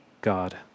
God